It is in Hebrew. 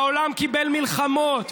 העולם קיבל מלחמות,